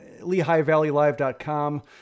LehighValleyLive.com